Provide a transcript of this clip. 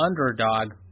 underdog